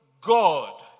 God